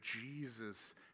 Jesus